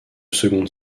seconde